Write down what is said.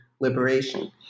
liberation